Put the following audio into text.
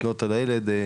לקנות לילד סיגריות.